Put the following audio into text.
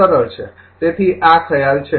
તેથી આ ખ્યાલ છે